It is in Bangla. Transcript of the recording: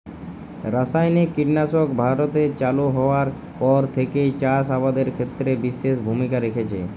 রাসায়নিক কীটনাশক ভারতে চালু হওয়ার পর থেকেই চাষ আবাদের ক্ষেত্রে বিশেষ ভূমিকা রেখেছে